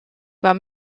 war